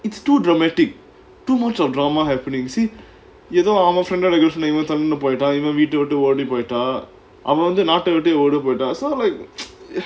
it's too dramatic too much of drama happening see ஏதோ அவங்க:etho avanga friend ஓட:oda girlfriend eh இவன் தள்ளின்னு போய்ட்டான் இவன் வீட்டை விட்டு ஓடி போய்ட்டா அவன் நாட்டை விட்டே ஓடி போய்ட்டான்:ivan thalinnu poitaan ivan veeta vitu odi poitaan avan naatai vittae odi poitaan so like